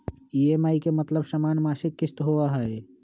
EMI के मतलब समान मासिक किस्त होहई?